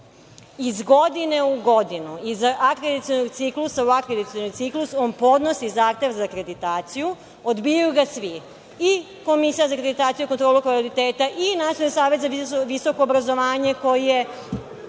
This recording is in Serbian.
iz godine u godinu. Iz akredicionog ciklusa u akredicioni ciklus on podnosi zahtev za akreditaciju i odbijaju ga svi. I Komisija za akreditaciju kontrole kvaliteta i Nacionalni savet za visoko obrazovanje koji je